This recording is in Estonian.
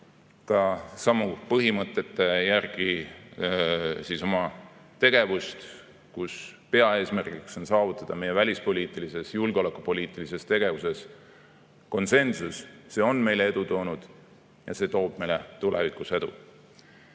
samade põhimõtete järgi oma tegevust, kus peaeesmärk on saavutada meie välispoliitilises ja julgeolekupoliitilises tegevuses konsensus. See on meile edu toonud ja see toob meile tulevikus edu.